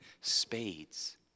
spades